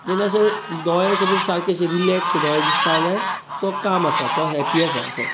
हे जशें दोळे सपाॅज सारके रिलेक्स शे दोळे दिसता जाल्यार तो काम आसा तो हॅपी आसा तसो